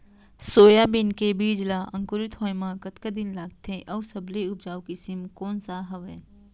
Soybean के बीज ला अंकुरित होय म कतका दिन लगथे, अऊ सबले उपजाऊ किसम कोन सा हवये?